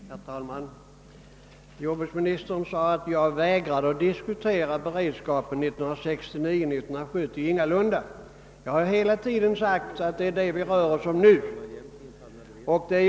Herr talman! Jordbruksministern sade att jag vägrade diskutera beredskapen för 1969/70. Så är ingalunda fallet. Jag har hela tiden utgått från att det är detta vi nu diskuterar.